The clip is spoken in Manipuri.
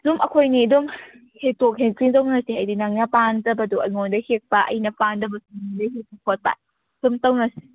ꯁꯨꯝ ꯑꯩꯈꯣꯏꯅꯤ ꯑꯗꯨꯝ ꯍꯦꯛꯇꯣꯛ ꯍꯦꯛꯆꯤꯟ ꯇꯧꯅꯁꯦ ꯍꯥꯏꯗꯤ ꯅꯪꯅ ꯄꯥꯟꯗꯕꯗꯣ ꯑꯩꯉꯣꯟꯗꯩ ꯍꯦꯛꯄ ꯑꯩꯅ ꯄꯥꯟꯗꯕꯁꯨ ꯅꯉꯣꯟꯗꯩ ꯍꯦꯛꯄ ꯈꯣꯠꯄ ꯁꯨꯝ ꯇꯧꯅꯁꯦ